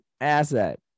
asset